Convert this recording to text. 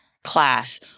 Class